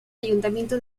ayuntamiento